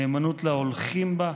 נאמנות להולכים בה,